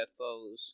UFOs